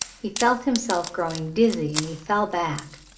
he felt himself growing dizzy and he fell back.